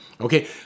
Okay